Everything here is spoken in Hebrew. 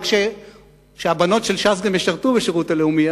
רק שהבנות של ש"ס גם ישרתו בשירות הלאומי,